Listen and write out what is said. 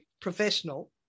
professional